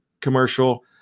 commercial